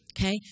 okay